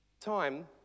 time